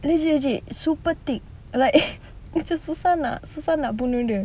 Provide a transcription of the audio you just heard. legit legit super thick like macam susah nak susah nak bunuh dia